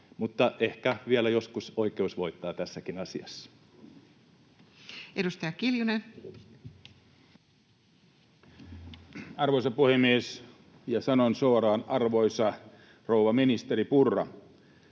Mutta ehkä vielä joskus oikeus voittaa tässäkin asiassa. Edustaja Kiljunen. Arvoisa puhemies! Ja sanon suoraan: arvoisa rouva ministeri Purra,